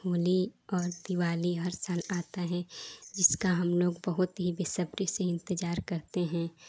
होली और दिवाली हर साल आती है जिसका हमलोग बहुत ही बेसब्री से इन्तज़ार करते हैं